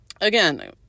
Again